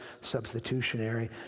substitutionary